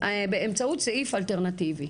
באמצעות סעיף אלטרנטיבי?